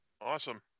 Awesome